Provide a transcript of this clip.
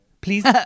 Please